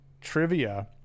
trivia